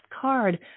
card